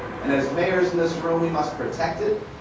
and as mayors in this room, we must protect it,